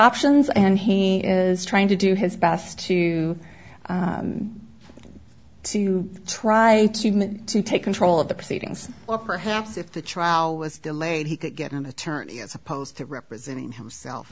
options and he is trying to do his best to to try to take control of the proceedings or perhaps if the trial was delayed he could get an attorney as opposed to representing himself